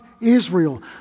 Israel